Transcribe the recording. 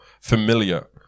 familiar